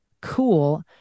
cool